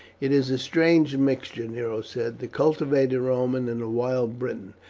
it is a strange mixture, nero said the cultivated roman and the wild briton.